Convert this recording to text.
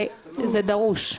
זה דרוש,